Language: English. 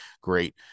Great